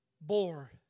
bore